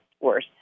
worse